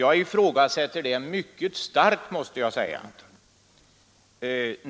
Jag ifrågasätter det mycket starkt, måste jag säga.